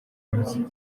munsi